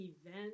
event